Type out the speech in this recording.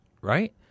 Right